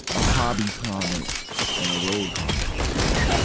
a hobby comic and a road comic, you know.